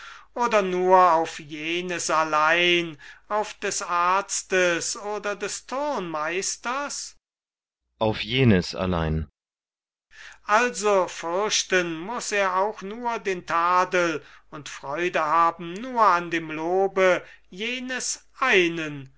oder nur auf jenes allein auf des arztes oder des turnmeisters kriton auf jenes allein sokrates also fürchten muß er auch nur den tadel und freude haben nur an dem lobe jenes einen